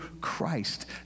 Christ